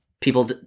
people